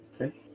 Okay